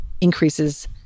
increases